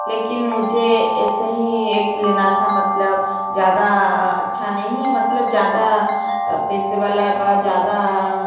लेकिन मुझे ऐसे ही एक लेना था मतलब ज़्यादा अच्छा नहीं मतलब ज़्यादा पैसे वाला व ज़्यादा